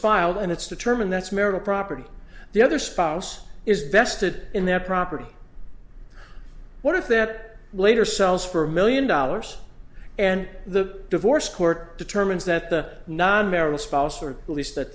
filed and it's determined that's marital property the other spouse is vested in their property what if that later sells for a million dollars and the divorce court determines that the non marital spouse or at least at